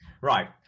Right